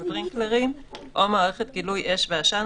(ספרינקלרים) או מערכת גילוי אש ועשן,